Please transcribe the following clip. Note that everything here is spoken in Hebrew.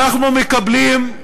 אנחנו מקבלים,